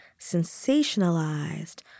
sensationalized